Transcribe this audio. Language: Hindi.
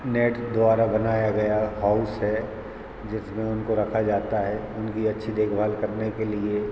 नेट द्वारा बनाया गया हाउस है जिसमें उनको रखा जाता है उनकी अच्छी देखभाल करने के लिए